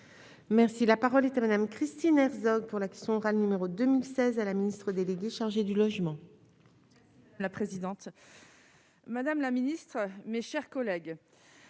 Merci, la parole est à Madame Christine Herzog pour l'action numéro 2016 à la Ministre délégué chargé du logement, la présidente. Madame la ministre, mes chers collègues,